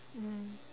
mmhmm